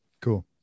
Cool